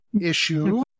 issue